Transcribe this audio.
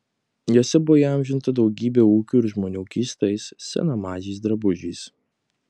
jose buvo įamžinta daugybė ūkių ir žmonių keistais senamadžiais drabužiais